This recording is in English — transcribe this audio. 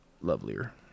lovelier